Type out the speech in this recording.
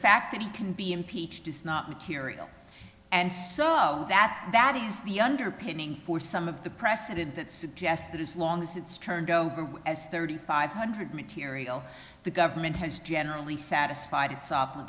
fact that he can be impeached is not material and so that that is the underpinning for some of the precedent that suggests that as long as it's turned over as thirty five hundred material the government has generally satisfied